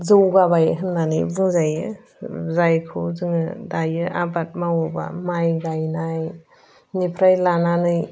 जौगाबाय होननानै बुंजायो जायखौ जोङो दायो आबाद मावोबा माइ गायनायनिफ्राय लानानै